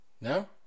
No